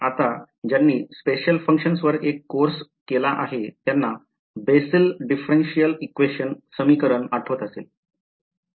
आता ज्यांनी special functions वर एक कोर्से केला आहे त्यांना Bessel differential equation आठवत असेल